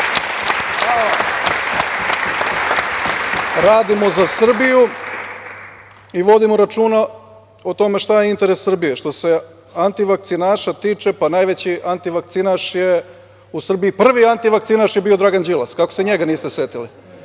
radimo za Srbiju i vodimo računa o tome šta je interes Srbije. Što se antivakcinaša tiče, pa najveći antivakcinaš je u Srbiji, prvi antivakcinaš je bio Dragan Đilas, kako se njega niste setili?